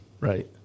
Right